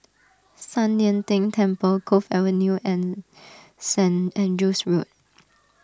San Lian Deng Temple Cove Avenue and Saint Andrew's Road